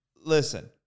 listen